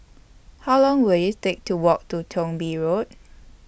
How Long Will IT Take to Walk to Thong Bee Road